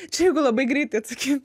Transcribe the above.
čia jeigu labai greitai atsakyt